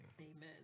Amen